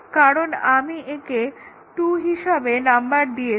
কারণ আমি একে 2 হিসাবে নাম্বার দিয়েছি